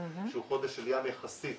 שהוא חודש של ים יחסית